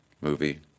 movie